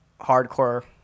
hardcore